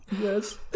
yes